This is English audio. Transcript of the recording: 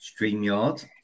StreamYard